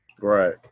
Right